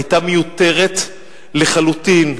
היתה מיותרת לחלוטין.